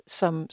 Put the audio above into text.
som